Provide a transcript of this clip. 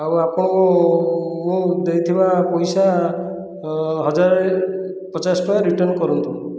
ଆଉ ଆପଣ ମୁଁ ଦେଇଥିବା ପଇସା ହଜାର ପଚାଶ ଟଙ୍କା ରିଟର୍ଣ୍ଣ କରନ୍ତୁ